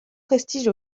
prestige